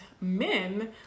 men